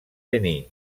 denis